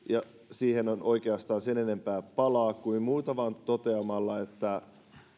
siihen en oikeastaan sen enempää palaa kuin vain toteamalla että